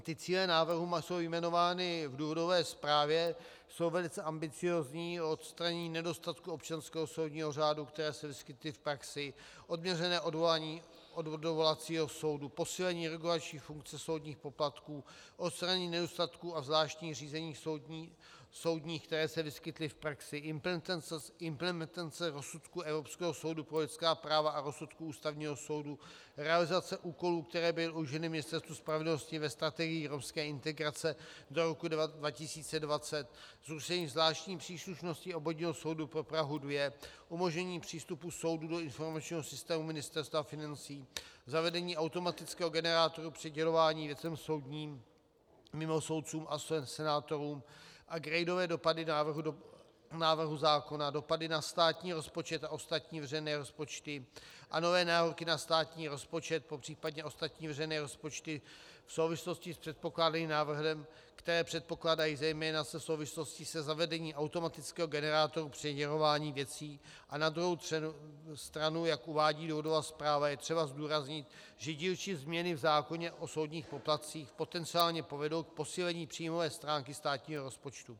Ty cíle návrhu jsou jmenovány v důvodové zprávě, jsou velice ambiciózní, o odstranění nedostatků občanského soudního řádu, které se vyskytly v praxi, odměřené odvolání od dovolacího soudu, posílení regulační funkce soudních poplatků, odstranění nedostatků a zvláštních řízení soudních, které se vyskytly v praxi, implementace rozsudků Evropského soudu pro lidská práva a rozsudků Ústavního soudu, realizace úkolů, které byly uloženy Ministerstvu spravedlnosti ve Strategii evropské integrace do roku 2020, zrušení zvláštní příslušnosti Obvodního soudu pro Prahu 2, umožnění přístupu soudů do informačního systému Ministerstva financí, zavedení automatického generátoru přidělování věcem soudním mimo soudcům a senátorům, upgradové dopady návrhu zákona, dopady na státní rozpočet a ostatní veřejné rozpočty a nové nároky na státní rozpočet, popřípadě ostatní veřejné rozpočty v souvislosti s předpokládaným návrhem, které předpokládají zejména se souvislostí se zavedením automatického generátoru přidělování věcí a na druhou stranu, jak uvádí Doudova zpráva, je třeba zdůraznit, že dílčí změny v zákoně o soudních poplatcích potenciálně povedou k posílení příjmové stránky státního rozpočtu.